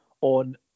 on